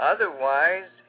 Otherwise